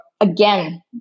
again